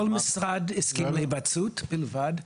כל משרד הסכים להיוועצות בלבד,